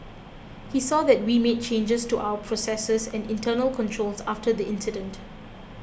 he saw that we made changes to our processes and internal controls after the incident